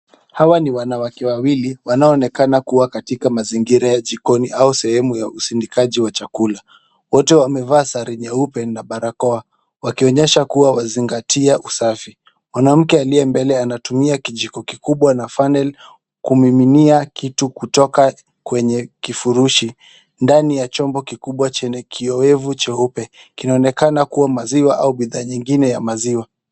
Hawa ni wanawake wawili wanaoonekana kuwa katika mazingira ya jikoni au sehemu ya usindikaji wa chakula. Wote wamevaa sare nyeupe na barakoa wakionyesha kuwa wazingatia usafi. Mwanamke aliye mbele anatumia kijiko kikubwa na funnel kumiminia kitu kutoka kwenye kifurushi ndani ya chombo kikubwa chenye kioevu cheupe kinaonekana kuwa maziwa au bidhaa nyingine ya maziwa.